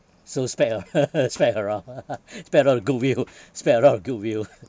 so spread ah spread around spread around the goodwill spread around the goodwill